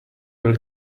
will